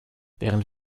während